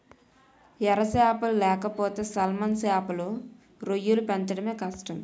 ఎర సేపలు లేకపోతే సాల్మన్ సేపలు, రొయ్యలు పెంచడమే కష్టం